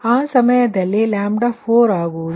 ಆದ್ದರಿಂದ ಆ ಸಮಯದಲ್ಲಿ ಅದು4ಆಗುವುದು